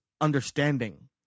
understanding